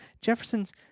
Jefferson's